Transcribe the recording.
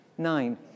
nine